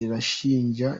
irashinja